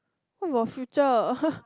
what about future